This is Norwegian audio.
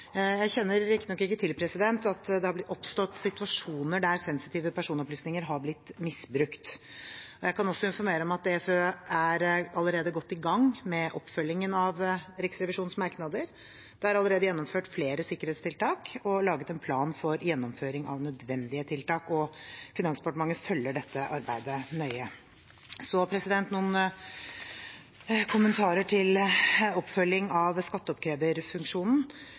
Jeg kjenner riktignok ikke til at det har oppstått situasjoner der sensitive personopplysninger har blitt misbrukt. Jeg kan også informere om at DFØ er allerede godt i gang med oppfølgingen av Riksrevisjonens merknader. Det er allerede gjennomført flere sikkerhetstiltak og laget en plan for gjennomføring av nødvendige tiltak. Finansdepartementet følger dette arbeidet nøye. Så noen kommentarer til oppfølging av skatteoppkreverfunksjonen.